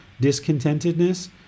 discontentedness